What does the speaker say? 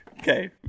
Okay